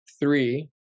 three